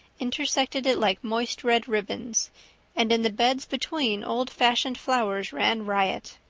intersected it like moist red ribbons and in the beds between old-fashioned flowers ran riot.